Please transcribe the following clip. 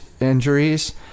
injuries